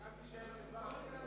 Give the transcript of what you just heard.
אבל אז נישאר לבד.